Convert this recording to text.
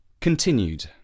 continued